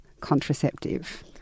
contraceptive